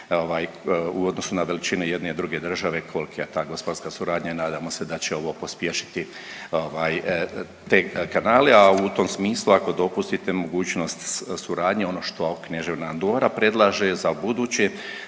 u odnosu na veličinu jedne i druge države kolika je ta gospodarska suradnja i nadamo se da će ovo pospješiti, ovaj te kanale, a u tom smislu, ako dopustite mogućnost suradnje ono što Kneževina Andora predlaže za ubuduće,